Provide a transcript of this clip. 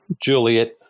Juliet